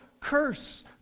Curse